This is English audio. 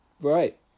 Right